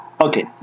Okay